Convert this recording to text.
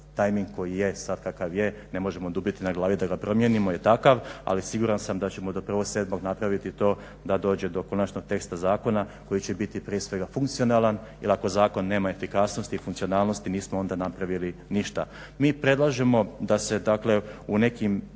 tajming koji jest takav kakav je ne možemo dubiti na glavi da ga promijenimo jer je takav, ali siguran sam da ćemo do 1.07. napraviti to da dođe do konačnog teksta zakona koji će biti prije svega funkcionalan jer ako zakon nema efikasnosti i funkcionalnosti nismo onda napravili ništa. Mi predlažemo da se dakle